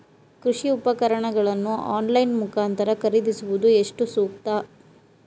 ಕೃಷಿ ಉಪಕರಣಗಳನ್ನು ಆನ್ಲೈನ್ ಮುಖಾಂತರ ಖರೀದಿಸುವುದು ಎಷ್ಟು ಸೂಕ್ತ?